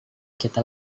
kita